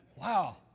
Wow